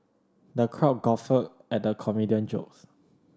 the crowd guffawed at the comedian jokes